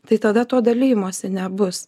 tai tada to dalijimosi nebus